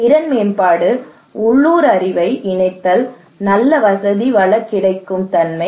திறன் மேம்பாடு உள்ளூர் அறிவை இணைத்தல் நல்ல வசதி வள கிடைக்கும் தன்மை